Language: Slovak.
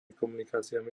komunikáciami